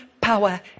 power